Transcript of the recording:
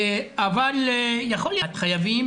אבל יכול להיות שמכח האינרציה גם יש איזה אלמנט חיובי,